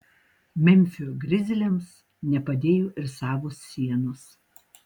memfio grizliams nepadėjo ir savos sienos